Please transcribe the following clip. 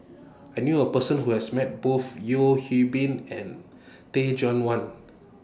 I knew A Person Who has Met Both Yeo Hwee Bin and Teh Cheang Wan